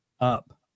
up